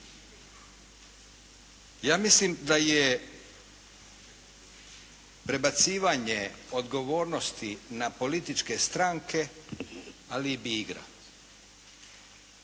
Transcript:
Ja mislim da je prebacivanje odgovornosti na političke strane alibi igra.